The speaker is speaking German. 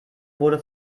wurde